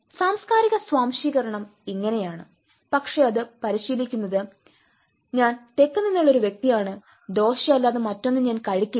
സാംസ്കാരിക സ്വാംശീകരണം ഇങ്ങനെയാണ് പക്ഷേ അത് പരിശീലിക്കുന്നത് ഞാൻ തെക്ക് നിന്നുള്ള ഒരു വ്യക്തിയാണ് ദോശയല്ലാതെ മറ്റൊന്നും ഞാൻ കഴിക്കില്ല